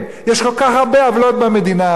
יש כל כך הרבה עוולות במדינה הזאת,